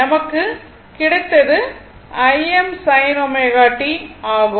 நமக்கு கிடைத்தது Im sin ω t ஆகும்